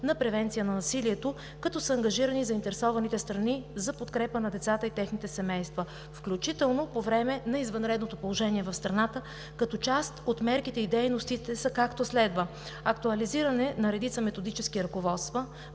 на превенцията на насилието. Ангажирани са заинтересованите страни за подкрепа на децата и техните семейства, включително по време на извънредното положение в страната, като част от мерките и дейностите са както следва: Актуализиране на редица методически ръководства